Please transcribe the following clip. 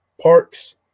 Parks